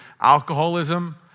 alcoholism